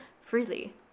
freely